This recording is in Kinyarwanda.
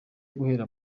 guhera